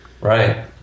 Right